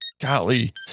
Golly